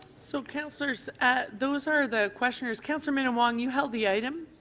so councillor, so those are the questions. councillor minnan-wong, you held the item.